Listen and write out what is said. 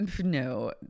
No